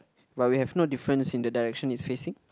but we have no difference in the direction it's facing